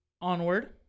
onward